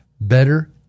better